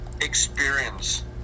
experience